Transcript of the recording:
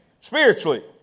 spiritually